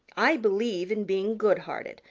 i believe in being goodhearted,